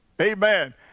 Amen